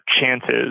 chances